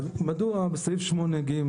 מדוע בסעיף 8(ג),